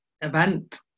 event